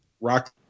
rock